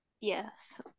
Yes